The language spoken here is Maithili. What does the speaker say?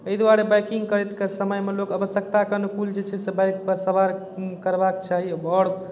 अइ दुआरे बाइकिंग करैतके समयमे लोक आवश्यकताके अनुकूल जे छै से बाइकपर सवार करबाक चाही ओ बर